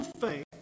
faith